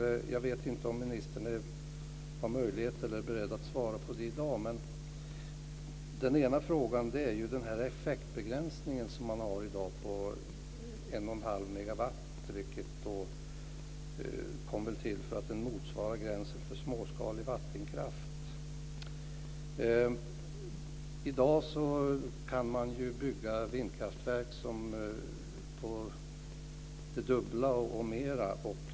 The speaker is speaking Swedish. Jag vet inte om ministern har möjlighet eller är beredd att svara på detta i dag. En fråga gäller den effektbegränsning man i dag har på 1,5 megawatt. Den kom väl till för att den motsvarar gränsen för småskalig vattenkraft. I dag kan man ju bygga vindkraftverk på det dubbla och mer.